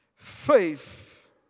Faith